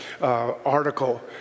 article